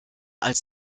als